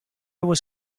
was